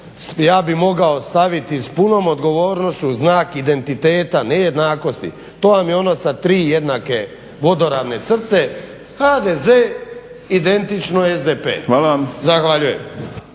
ja bih mogao staviti s punom odgovornošću znak identiteta, ne jednakosti. To vam je ono sa tri jednake vodoravne crte. HDZ identično SDP. Zahvaljujem.